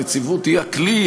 הנציבות היא הכלי,